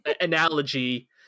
analogy